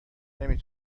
نمی